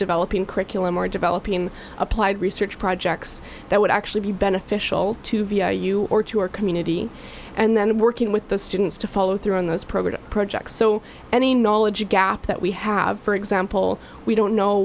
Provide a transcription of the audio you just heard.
developing curriculum or developing applied research projects that would actually be beneficial to you or to our community and then working with the students to follow through on those program projects so any knowledge gap that we have for example we don't know